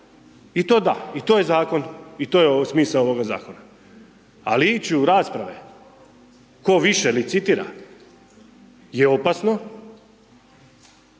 I to da i to je zakon i to je smisao ovoga zakona, ali ići u rasprave ko više licitira je opasno